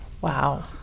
Wow